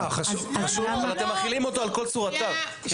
אבל אתם מכילים אותו על כל צורותיו.